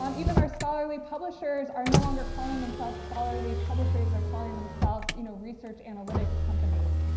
um even our scholarly publishers are no longer calling themselves scholarly publishers. they're calling themselves you know research analytics companies.